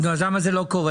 אז למה זה לא קורה?